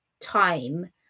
time